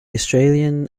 australian